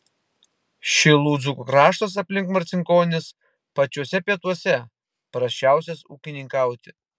šilų dzūkų kraštas aplink marcinkonis pačiuose pietuose prasčiausias ūkininkauti